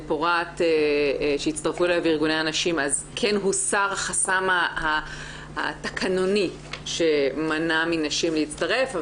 פורת שהצטרפו אליו ארגוני הנשים כן הוסר החסם התקנוני שמנע מנשים להצטרף,